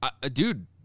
Dude